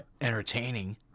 entertaining